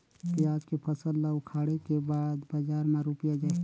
पियाज के फसल ला उखाड़े के बाद बजार मा रुपिया जाही?